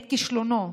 את כישלונו,